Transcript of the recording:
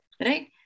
right